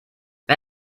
wer